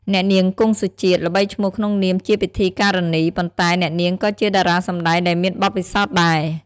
អ្នកនាង គង់ សុជាតិ ល្បីឈ្មោះក្នុងនាមជាពិធីការិនី ប៉ុន្តែអ្នកនាងក៏ជាតារាសម្តែងដែលមានបទពិសោធន៍ដែរ។